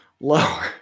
Lower